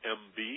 mb